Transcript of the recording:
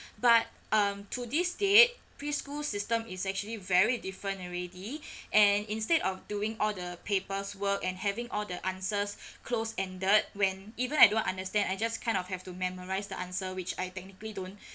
but um to this date preschool system is actually very different already and instead of doing all the papers work and having all the answers close ended when even I don't understand I just kind of have to memorise the answer which I technically don't